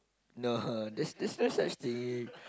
no there's there's no such thing